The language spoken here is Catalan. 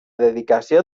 dedicació